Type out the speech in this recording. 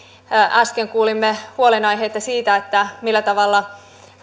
äsken kuulimme huolenaiheita siitä millä tavalla